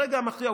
ברגע המכריע,